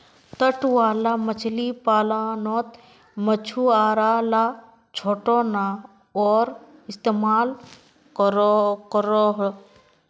तट वाला मछली पालानोत मछुआरा ला छोटो नओर इस्तेमाल करोह